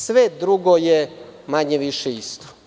Sve drugo je manje-više isto.